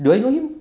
do I know him